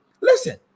Listen